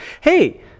hey